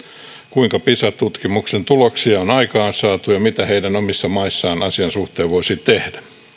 kuinka pisa tutkimuksen tuloksia on aikaansaatu ja mitä heidän omissa maissaan asian suhteen voisi tehdä